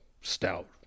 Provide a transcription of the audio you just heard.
stout